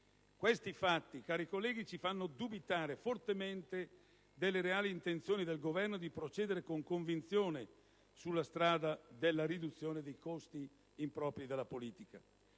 Questi fatti, cari colleghi, ci fanno dubitare fortemente delle reali intenzioni del Governo di procedere con convinzione sulla strada della riduzione dei costi impropri della politica.